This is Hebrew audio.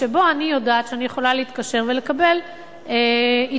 שאני יודעת שאני יכולה להתקשר ולקבל עדכון